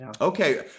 Okay